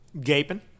Gaping